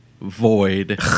void